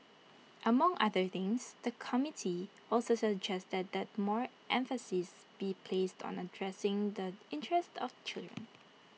among other things the committee also suggested that more emphasis be placed on addressing the interest of children